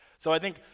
so i think,